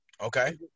Okay